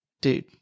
Dude